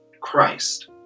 Christ